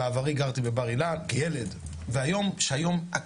בעברי גרתי בבר אילן כילד והיום כשכל